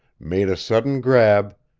made a sudden grab,